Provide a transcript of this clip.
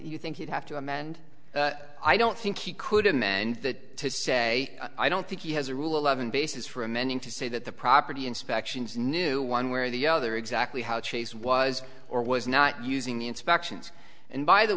you think he'd have to amend i don't think he could amend that to say i don't think he has a rule eleven basis for amending to say that the property inspections knew one where the other exactly how chase was or was not using the inspections and by the